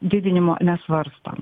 didinimo nesvarstom